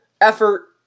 effort